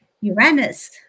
Uranus